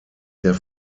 der